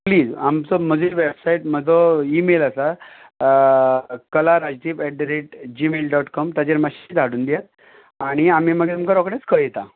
please आमचो मदीर website म्हजो ई मेल आसा Kala Rajdeep at the rate Gmail dot com हाचेर मातशें धाडून दियात आनी आमी मागीर तुमकां रोखडेंच कळयतां